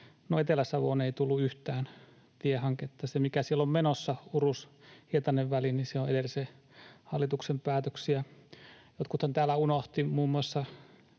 Etelä-Savoon ei tullut yhtään tiehanketta. Se, mikä siellä on menossa, Hurus—Hietanen-väli, on edellisen hallituksen päätöksiä. Jotkuthan täällä unohtivat muun muassa